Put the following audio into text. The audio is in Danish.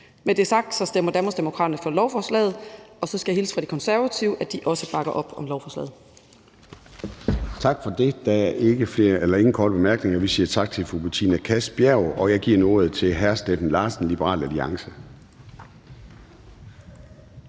Med det sagt stemmer Danmarksdemokraterne for lovforslaget, og så skal jeg hilse fra De Konservative og sige, at de også bakker op om lovforslaget.